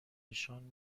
نشان